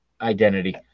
identity